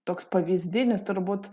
toks pavyzdinis turbūt